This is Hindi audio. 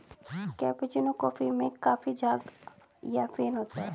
कैपेचीनो कॉफी में काफी ज़्यादा झाग या फेन होता है